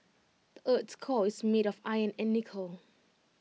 the Earth's core is made of iron and nickel